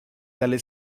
dalle